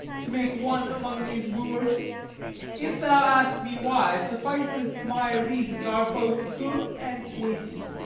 to make one among these wooers if thou ask me why, sufficeth my reasons are both good and weighty.